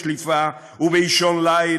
בשליפה ובאישון ליל,